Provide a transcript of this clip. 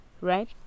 right